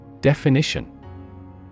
Definition